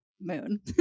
moon